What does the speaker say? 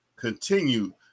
Continue